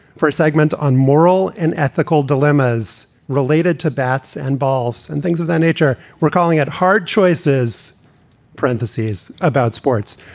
for a segment on moral and ethical dilemmas related to bats and balls and things of that nature. we're calling it hard choices parentheses about sports.